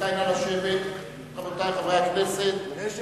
רבותי חברי הכנסת, נא לשבת.